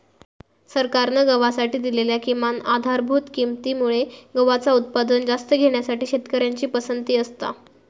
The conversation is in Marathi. सरकारान गव्हासाठी दिलेल्या किमान आधारभूत किंमती मुळे गव्हाचा उत्पादन जास्त घेण्यासाठी शेतकऱ्यांची पसंती असता